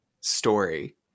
story